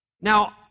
Now